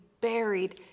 buried